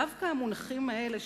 דווקא המונחים האלה,